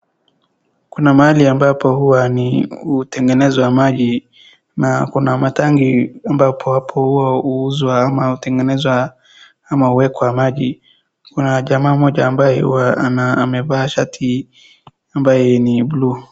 Kuna mahali ambapo huwa ni hutengenezwa maji na kuna matangi ambapo hapo hapo huuzwa ama huwekwa ama hutengenezwa maji. Kuna jamaa mmoja ambaye huwa amevaa shati ambaye ni bluu .